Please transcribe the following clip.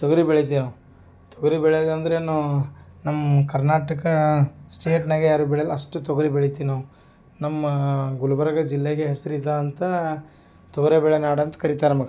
ತೊಗರಿ ಬೆಳಿತೀವಿ ನಾವು ತೊಗರಿ ಬೆಳೆಯೋದ ಅಂದ್ರೇನು ನಮ್ಮ ಕರ್ನಾಟಕಾ ಸ್ಟೇಟ್ನಾಗೆ ಯಾರು ಬೆಳೆಯೋಲ್ಲ ಅಷ್ಟು ತೊಗರಿ ಬೆಳಿತೀವಿ ನಾವು ನಮ್ಮ ಗುಲ್ಬರ್ಗ ಜಿಲ್ಲೆಗೆ ಹೆಸರಿದೆ ಅಂತಾ ತೊಗರಿ ಬೆಳೆಯೋನಾಡು ಅಂತ ಕರೀತಾರೆ ನಮಗೆ